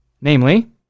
Namely